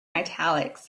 italics